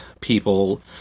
people